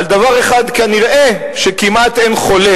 על דבר אחד כנראה כמעט אין חולק,